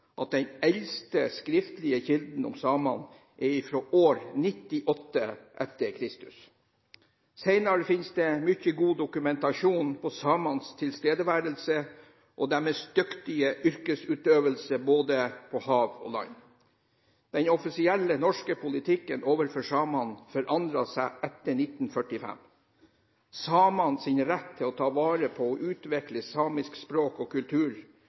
at den eldste skriftlige kilden om samene er fra år 98 e.Kr. Senere finnes det mye god dokumentasjon på samenes tilstedeværelse og deres dyktige yrkesutøvelse både på hav og på land. Den offisielle norske politikken overfor samene forandret seg etter 1945. Samenes rett til å ta vare på og utvikle samisk språk og kultur